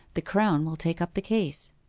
the crown will take up the case